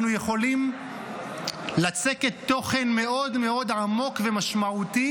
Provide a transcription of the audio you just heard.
אנחנו יכולים לצקת תוכן מאוד מאוד עמוק ומשמעותי